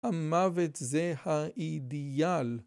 המוות זה האידיאל.